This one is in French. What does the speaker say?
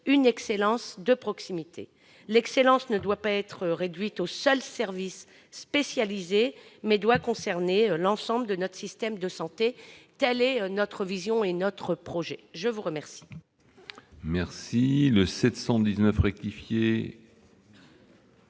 une excellence de proximité. L'excellence ne doit pas être réduite aux seuls services spécialisés, mais doit concerner l'ensemble de notre système de santé. Tels sont notre vision et notre projet. L'amendement